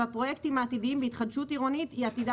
בפרויקטים העתידיים בהתחדשות עירונית היא עתידה